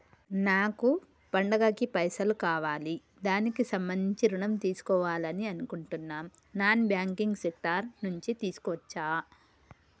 నాకు పండగ కి పైసలు కావాలి దానికి సంబంధించి ఋణం తీసుకోవాలని అనుకుంటున్నం నాన్ బ్యాంకింగ్ సెక్టార్ నుంచి తీసుకోవచ్చా?